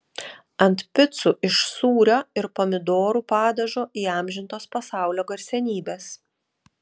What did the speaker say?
ant picų iš sūrio ir pomidorų padažo įamžintos pasaulio garsenybės